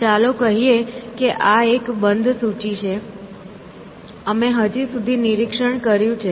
ચાલો કહીએ કે આ એક બંધ સૂચિ છે અમે હજી સુધી નિરીક્ષણ કર્યું છે